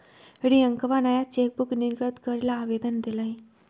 रियंकवा नया चेकबुक निर्गत करे ला आवेदन देलय